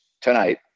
tonight